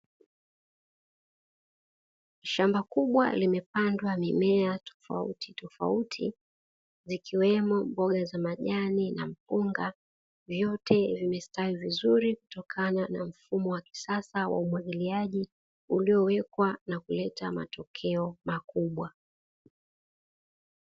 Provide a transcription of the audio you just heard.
Shamba kubwa limepandwa mimea tofauti tofauti, zikiwemo mboga za majani na mpunga vyote vimestawi vizuri kutokana na mfumo wa kisasa wa umwagiliaji uliowekwa na kuleta matokeo makubwa.